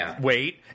Wait